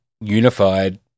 Unified